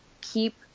keep